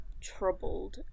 troubled